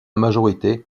majorité